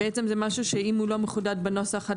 בעצם זה משהו שאם הוא לא מחודד בנוסח עד